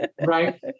Right